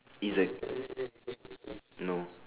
is a no